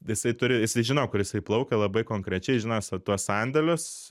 jisai turi jisai žino kur jisai plaukia labai konkrečiai žino tuos sandėlius